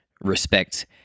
respect